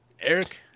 Eric